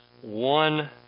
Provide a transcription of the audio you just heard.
one